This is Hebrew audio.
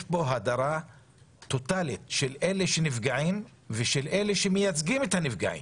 יש פה הדרה טוטאלית של אלה שנפגעים ושל אלה שמייצגים את הנפגעים.